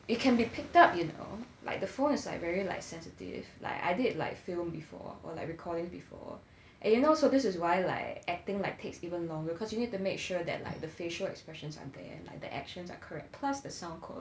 it can be picked up you know like the phone is like very like sensitive like I did like film before or like recording before and you know so this is why like acting like takes even longer cause you need to make sure that like the facial expressions are there like the actions are correct plus the sound cord